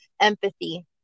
empathy